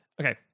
Okay